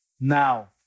now